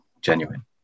genuine